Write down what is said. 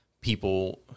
people